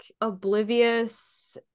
oblivious